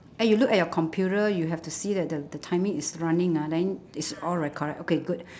eh you look at the computer you have to see that the the timing is running ah then it's all recorded okay good